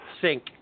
sink